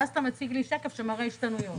ואז אתה מציג לי שקף שמראה השתנויות.